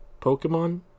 Pokemon